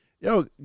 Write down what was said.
Yo